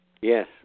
Yes